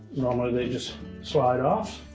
normally they just slide off.